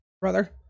Brother